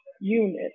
unit